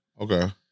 okay